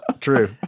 True